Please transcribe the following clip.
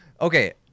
Okay